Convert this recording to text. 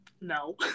No